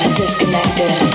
disconnected